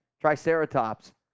Triceratops